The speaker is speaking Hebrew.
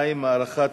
2) (הארכת